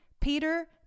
Peter